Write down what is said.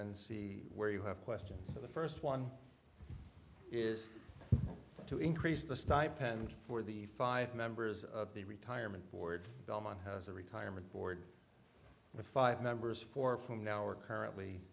then see where you have questions for the first one is to increase the stipend for the five members of the retirement board delmon has a retirement board with five members for from now are currently